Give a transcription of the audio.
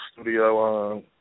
studio